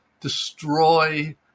destroy